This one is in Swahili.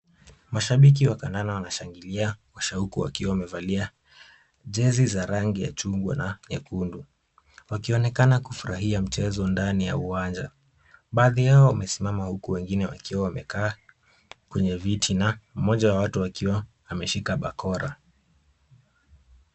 Mashabiki wa kandanda kwa shauku wakiwa wamevalia jezi za rangi ya machungwa na nyekundu, wakionekana kufurahia mchezo ndani ya uwanja. Baadhi yao wamesimama huku wengine wamekaa kwenye viti na mmoja wa watu akiwa ameshika bakora.